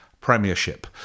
premiership